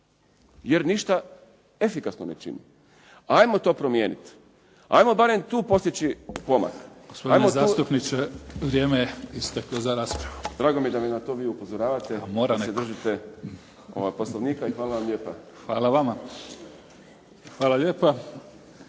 jer ništa efikasno ne čini. Ajmo to promijeniti, ajmo barem tu postići pomak.